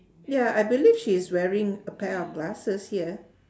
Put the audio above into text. ya I believe she's wearing a pair of glasses here